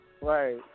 right